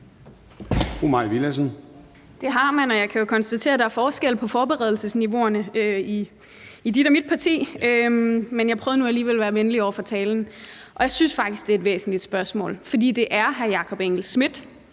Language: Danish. Det har man, og jeg kan jo konstatere, at der er forskel på forberedelsesniveauerne i dit og mit parti, men jeg prøvede nu alligevel at være venlig i forhold til talen. Jeg synes faktisk, det er et væsentligt spørgsmål, for det er hr. Jakob Engel-Schmidt,